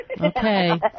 Okay